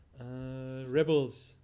Rebels